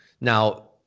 Now